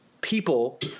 people